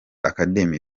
academy